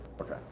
Okay